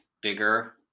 bigger